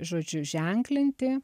žodžiu ženklinti